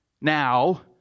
now